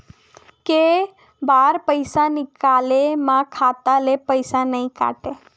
के बार पईसा निकले मा खाता ले पईसा नई काटे?